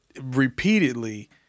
repeatedly